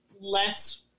less